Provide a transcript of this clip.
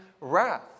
wrath